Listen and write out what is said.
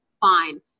fine